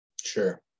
sure